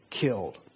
killed